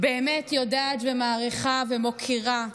אני באמת יודעת ומעריכה ומוקירה,